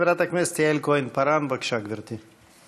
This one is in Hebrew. חברת הכנסת יעל כהן-פארן, בבקשה, גברתי.